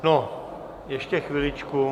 No, ještě chviličku...